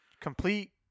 Complete